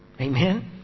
Amen